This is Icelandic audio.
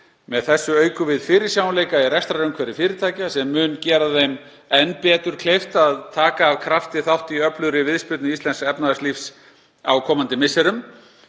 Með þessu aukum við fyrirsjáanleika í rekstrarumhverfi fyrirtækja sem mun gera þeim enn betur kleift að taka af krafti þátt í öflugri viðspyrnu íslensks efnahagslífs á komandi misserum.